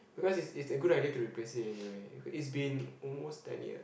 because is is the good idea to replace it anywhere it's been almost ten years